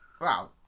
Wow